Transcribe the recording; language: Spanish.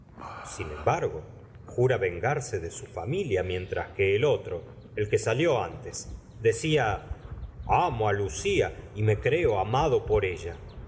sin embargo jura vengarse de su familia mientras que el otro el que salió antes decía camo á lucia y me creo amado por ella